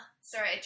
Sorry